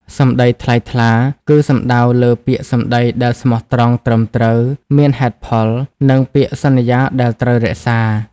សម្ដីថ្លៃថ្លា គឺសំដៅលើពាក្យសម្ដីដែលស្មោះត្រង់ ត្រឹមត្រូវ មានហេតុផល និងពាក្យសន្យាដែលត្រូវរក្សា។